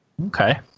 Okay